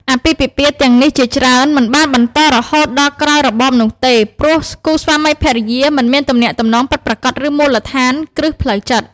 អាពាហ៍ពិពាហ៍ទាំងនេះជាច្រើនមិនបានបន្តរហូតដល់ក្រោយរបបនោះទេ ព្រោះគូស្វាមីភរិយាមិនមានទំនាក់ទំនងពិតប្រាកដឬមូលដ្ឋានគ្រឹះផ្លូវចិត្ត។